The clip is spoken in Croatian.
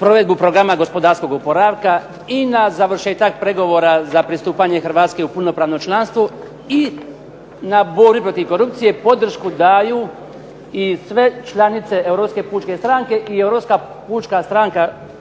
provedbu programa gospodarskog oporavka i na završetak pregovora za pristupanje Hrvatske u punopravno članstvo i na borbu protiv korupcije podršku daju i sve članice Europske pučke stranke i